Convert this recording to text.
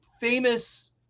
famous